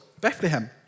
Bethlehem